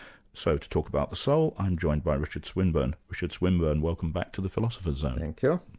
so to talk about the soul, i'm joined by richard swinburne. richard swinburne, welcome back to the philosopher's zone. thank yeah